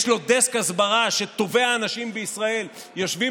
יש לו דסק הסברה שטובי האנשים בישראל יושבים